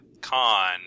Con